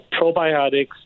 probiotics